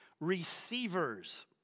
receivers